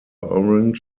orange